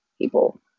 people